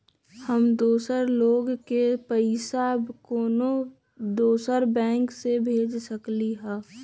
कि हम दोसर लोग के पइसा कोनो दोसर बैंक से भेज सकली ह?